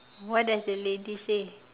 what does the lady say